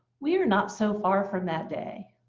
we are not so far from that day.